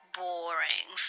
boring